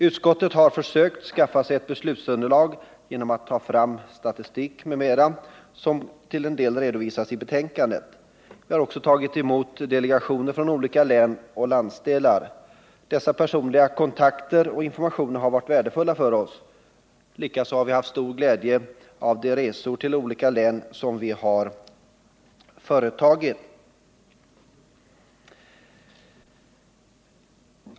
Utskottet har försökt skaffa sig ett beslutsunderlag genom att ta fram statistik m.m., som till en del redovisas i betänkandet. Vi har också tagit emot delegationer från olika län och landsdelar. Dessa personliga kontakter och informationer har varit värdefulla för oss. Likaså har vi haft stor glädje av de resor till olika län som vi har företagit.